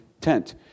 tent